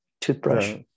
toothbrush